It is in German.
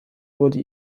wurde